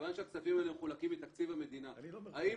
מכיוון שהכספים האלה מחולקים מתקציב המדינה האם